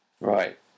right